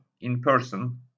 in-person